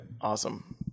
awesome